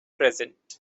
present